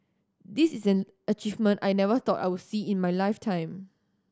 this is an achievement I never thought I would see in my lifetime